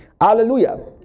Hallelujah